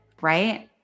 right